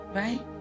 right